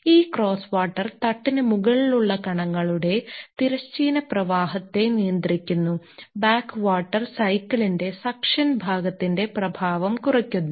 ഈ cross water തട്ടിനു മുകളിലുള്ള കണങ്ങളുടെ തിരശ്ചീന പ്രവാഹത്തെ നിയന്ത്രിക്കുന്നു ബാക്ക് വാട്ടർ സൈക്കിളിന്റെ സക്ഷൻ ഭാഗത്തിന്റെ പ്രഭാവം കുറയ്ക്കുന്നു